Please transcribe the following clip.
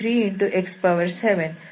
3x7 ದೊರೆಯುತ್ತದೆ